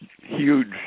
huge